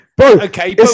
okay